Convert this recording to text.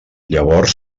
llavors